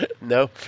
no